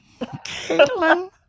Caitlin